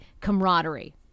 camaraderie